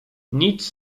nic